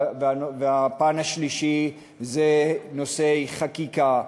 הפן השלישי זה נושאי חקיקה,